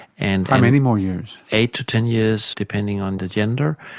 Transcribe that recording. and many more years? eight to ten years, depending on the gender.